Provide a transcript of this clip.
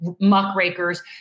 muckrakers